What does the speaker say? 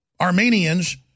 Armenians